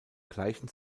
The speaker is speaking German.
gleichen